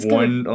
one